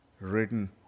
written